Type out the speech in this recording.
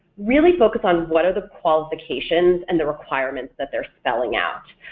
really focus on what are the qualifications and the requirements that they're spelling out.